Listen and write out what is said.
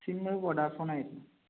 SIM Vodafone ആയിരുന്നു